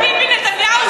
גם ביבי נתניהו,